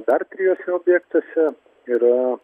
dar trijuose objektuose yra